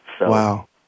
Wow